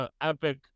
epic